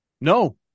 No